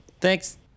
thanks